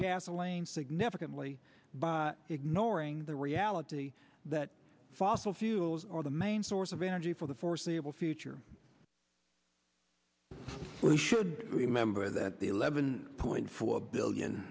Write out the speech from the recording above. gasoline significantly by ignoring the reality that fossil fuels or the main source of energy for the foreseeable future we should remember that the eleven point four